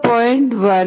5 0